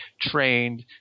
trained